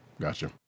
Gotcha